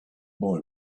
boy